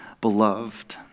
beloved